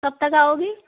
कब तक आओगी